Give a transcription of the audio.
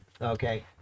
okay